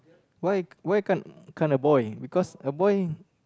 why why can't can't a boy because a boy